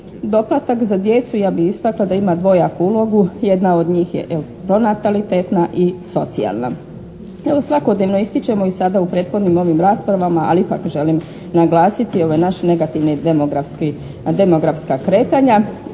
Doplatak za djecu ja bi istakla da ima dvojaku ulogu. Jedna od njih je evo pronatalitetna i socijalna. Evo, svakodnevno ističemo i sada u prethodnim ovim raspravama ali ipak želim naglasiti ovaj naš negativni demografski kretanja.